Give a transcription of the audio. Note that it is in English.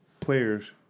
players –